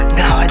now